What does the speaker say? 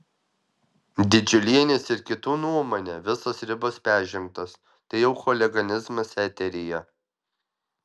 didžiulienės ir kitų nuomone visos ribos peržengtos tai jau chuliganizmas eteryje